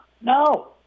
No